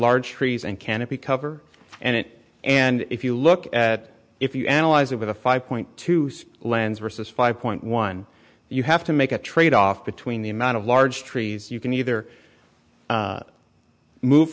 large trees and canopy cover and it and if you look at if you analyze it with a five point two six lens versus five point one you have to make a trade off between the amount of large trees you can either move